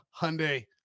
Hyundai